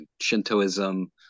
Shintoism